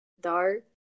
dark